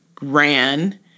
ran